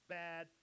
bad